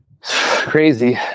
crazy